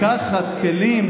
לקחת כלים